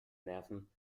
nerven